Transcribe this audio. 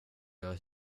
jag